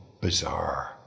bizarre